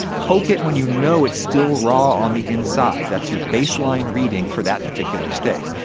poke it when you know it's still raw on the inside. that's your baseline reading for that particular steak.